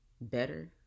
better